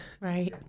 Right